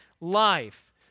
life